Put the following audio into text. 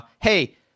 hey